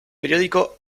periódico